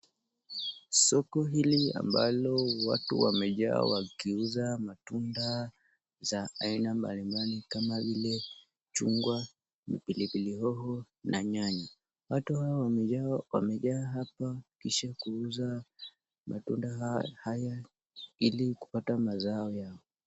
Soko hili ambalo watu wamejaa wakiuza matunda za aina mbalimbali kama vile, chungwa, pilipili hoho, na nyanya. Watu hawa wamejaa hapa kisha kuuza matunda haya ili kupata mazao yao.